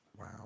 Wow